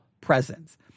presence